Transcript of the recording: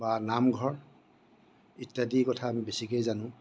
বা নামঘৰ ইত্যাদিৰ কথা আমি বেছিকৈয়ে জানো